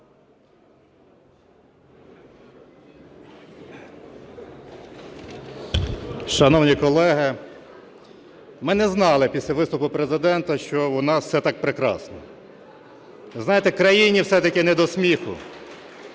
Шановні колеги, ми не знали після виступу Президента, що у нас все так прекрасно. Ви знаєте, країні все-таки не до сміху,